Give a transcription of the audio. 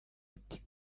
ati